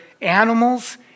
animals